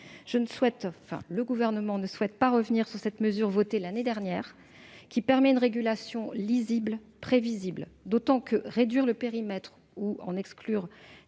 Le Gouvernement ne souhaite pas revenir sur cette mesure, votée l'année dernière, qui permet une régulation lisible et prévisible. La réduction du périmètre ou l'exclusion